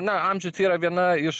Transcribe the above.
na amžius yra viena iš